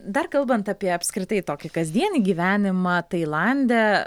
dar kalbant apie apskritai tokį kasdienį gyvenimą tailande